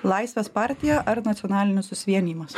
laisvės partija ar nacionalinis susivienijimas